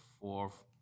fourth